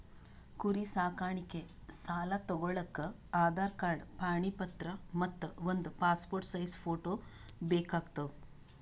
ಕುರಿ ಸಾಕಾಣಿಕೆ ಸಾಲಾ ತಗೋಳಕ್ಕ ಆಧಾರ್ ಕಾರ್ಡ್ ಪಾಣಿ ಪತ್ರ ಮತ್ತ್ ಒಂದ್ ಪಾಸ್ಪೋರ್ಟ್ ಸೈಜ್ ಫೋಟೋ ಬೇಕಾತವ್